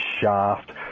shaft